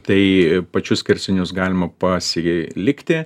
tai pačius skersinius galima pasilikti